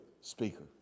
speaker